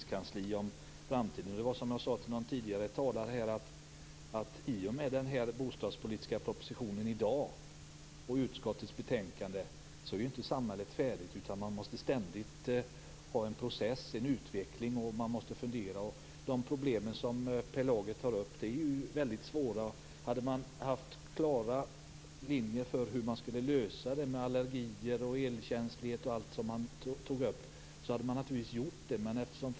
Som någon tidigare talare här sade: Samhället är inte färdigt i och med dagens bostadspolitiska proposition och utskottets betänkande, utan man måste ständigt driva en utvecklingsprocess och fundera vidare. De problem som Per Lager tar upp är väldigt svåra. Hade man haft klara linjer för hur allergier, elöverkänslighet och allt annat som han tog upp skall hanteras, hade man naturligtvis löst de frågorna.